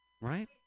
Right